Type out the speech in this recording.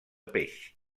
peix